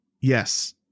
Yes